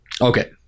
Okay